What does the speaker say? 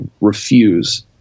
refuse